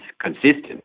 consistent